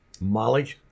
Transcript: Molly